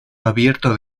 abierto